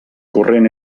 corrent